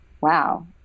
wow